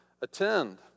attend